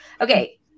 Okay